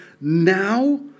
now